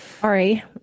Sorry